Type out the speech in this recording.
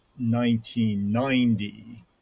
1990